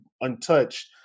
untouched